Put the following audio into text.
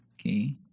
okay